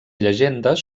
llegendes